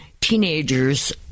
Teenagers